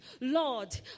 Lord